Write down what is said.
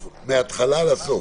לסוף.